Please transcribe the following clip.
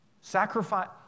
Sacrifice